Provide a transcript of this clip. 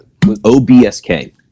OBSK